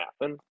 happen